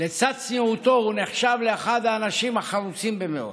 לצד צניעותו הוא נחשב לאחד האנשים החרוצים ביותר.